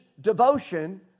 devotion